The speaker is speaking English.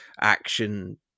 action